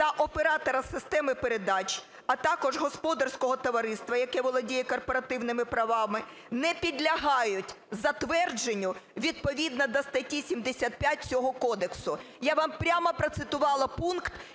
та оператора системи передач, а також господарського товариства, яке володіє корпоративними правами, не підлягають затвердженню відповідно до статті 75 цього кодексу". Я вам прямо процитувала пункт,